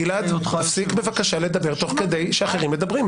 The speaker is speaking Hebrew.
גלעד, תפסיק בבקשה לדבר תוך כדי שאחרים מדברים.